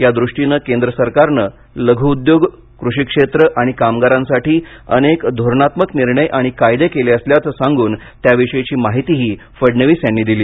याद्रष्टीनं केंद्र सरकारनं लघ् उद्योग कृषी क्षेत्र आणि कामगारांसाठी अनेक धोरणात्मक निर्णय आणि कायदे केले असल्याचं सांगून त्याविषयीची माहितीही फडणवीस यांनी दिली